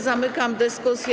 Zamykam dyskusję.